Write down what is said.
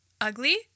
ugly